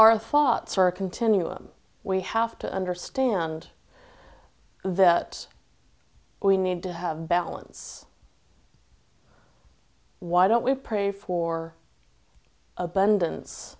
our thoughts are a continuum we have to understand that we need to have balance why don't we pray for abundance